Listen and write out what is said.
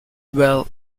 well